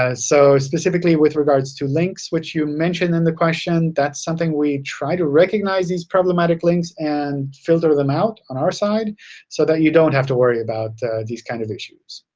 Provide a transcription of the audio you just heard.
ah so specifically with regards to links which you mentioned in the question, that's something we try to recognize, these problematic links. and filter them out on our side so that you don't have to worry about these kind of issues.